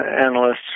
analysts